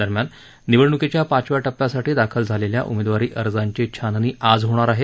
दरम्यान निवडणुकीच्या पाचव्या टप्प्यासाठी दाखल झालेल्या उमेदवारी अर्जाची छाननी आज होणार आहे